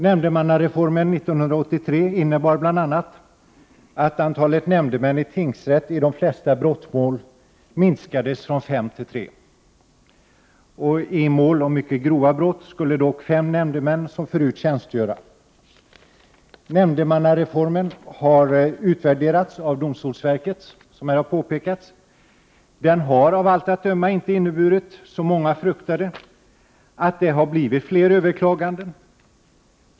Nämndemannareformen år 1983 innebar bl.a. att antalet nämndemän i tingsrätt i de flesta brottmål minskades från fem till tre. I mål om mycket grova brott skulle dock, som förut, fem nämndemän tjänstgöra. Nämndemannareformen har utvärderats av domstolsverket, vilket har påpekats här. Reformen har av allt att döma inte inneburit, som många fruktade, att det har blivit fler överklaganden.